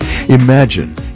Imagine